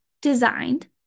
designed